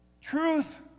truth